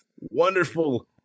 wonderful